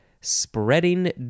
spreading